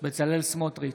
בצלאל סמוטריץ'